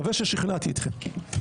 מקווה ששכנעתי אתכם.